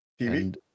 TV